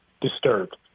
disturbed